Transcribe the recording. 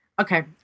Okay